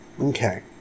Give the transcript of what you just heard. Okay